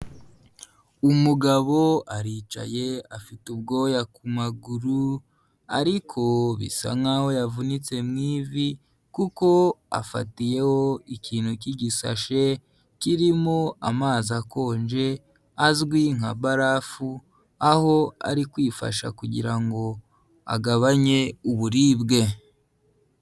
Umugabo aricaye afite ubwoya ku maguru ariko bisa nkaho yavunitse mu ivi kuko afatiyeho ikintu kigisashe kirimo amazi akonje azwi nka barafu, aho ari kwifasha kugira ngo agabanye uburibwe.